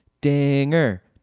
Dinger